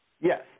Yes